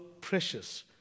precious